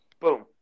Boom